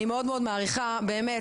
אני מאוד מאוד מעריכה באמת,